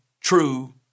true